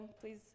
please